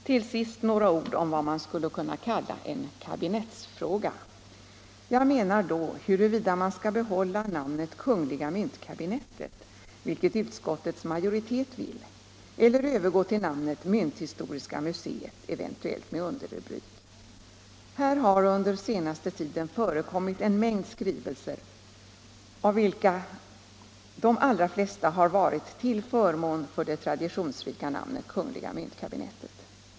Till sist några ord om vad man skulle kunna kalla en kabinettsfråga. Jag menar då huruvida man skall behålla namnet kungl. myntkabinettet, vilket utskottets majoritet vill, eller övergå till namnet mynthistoriska muséet, eventuellt med underrubrik. Här har under den senaste tiden förekommit en mängd skrivelser, av vilka de flesta är till förmån för det traditionsrika namnet kungl. myntkabinettet.